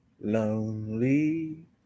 Lonely